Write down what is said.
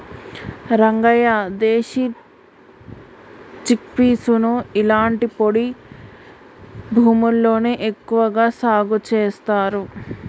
రంగయ్య దేశీ చిక్పీసుని ఇలాంటి పొడి భూముల్లోనే ఎక్కువగా సాగు చేస్తారు